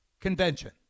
Convention